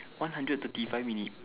one hundred thirty five minute